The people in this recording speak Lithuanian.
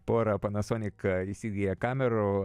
porą panasonic įsigiję kamerų